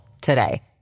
today